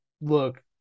look